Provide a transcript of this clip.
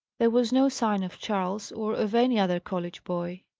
there was no sign of charles, or of any other college boy.